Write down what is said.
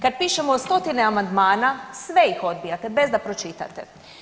Kad pišemo stotine amandmana sve ih odbijate bez da ih pročitate.